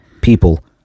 people